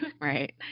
Right